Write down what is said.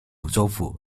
州府